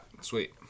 sweet